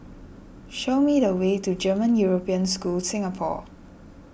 show me the way to German European School Singapore